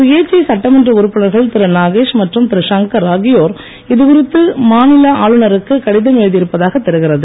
சுயேட்சை சட்டமன்ற உறுப்பினர்கள் திரு நாகேஷ் மற்றும் திரு சங்கர் ஆகியோர் இதுகுறித்து மாநில ஆளுநருக்கு கடிதம் எழுதி இருப்பதாக தெரிகிறது